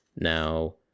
Now